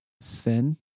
Sven